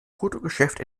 fotogeschäft